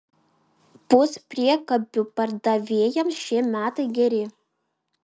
puspriekabių pardavėjams šie metai geri